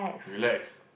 relax